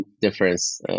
difference